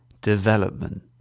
development